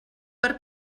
per